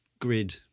Grid